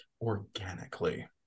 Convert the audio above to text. organically